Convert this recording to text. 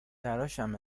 تراشم